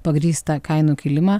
pagrįstą kainų kilimą